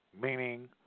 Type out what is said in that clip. meaning